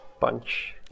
Punch